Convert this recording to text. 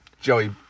Joey